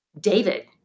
David